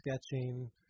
sketching